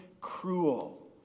cruel